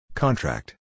Contract